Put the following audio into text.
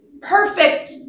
perfect